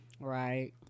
Right